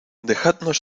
dejadnos